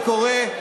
זה קורה.